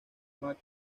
mac